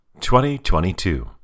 2022